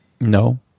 No